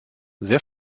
sehr